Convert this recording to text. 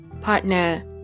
partner